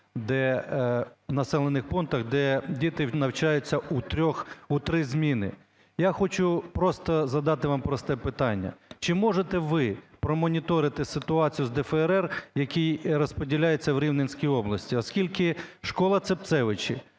населених пунктах, де діти навчаються у три зміни. Я хочу просто задати вам просте питання: чи можете ви промоніторити ситуацію з ДФРР, який розподіляється у Рівненській області, оскільки школа Цепцевичі…